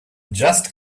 just